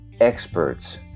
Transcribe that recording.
experts